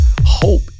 hope